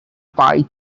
pie